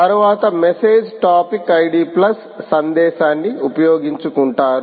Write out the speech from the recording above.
తరువాత message topic ID plus సందేశాన్ని ఉపయోగించుకుంటారు